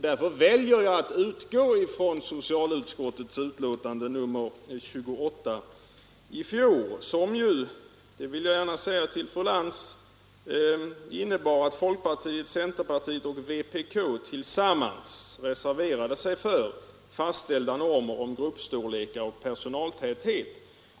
Därför väljer jag att utgå från socialutskottets betänkande nr 28 i fjol som ju — det vill jag gärna säga till fru Lantz — innebar att folkpartiet, centerpartiet och vpk tillsammans reserverade sig för fastställda normer om grupp 63 storlekar och personaltäthet.